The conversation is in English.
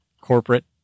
corporate